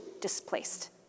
displaced